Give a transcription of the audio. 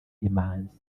imanzi